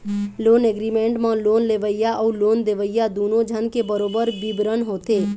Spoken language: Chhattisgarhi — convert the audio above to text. लोन एग्रीमेंट म लोन लेवइया अउ लोन देवइया दूनो झन के बरोबर बिबरन होथे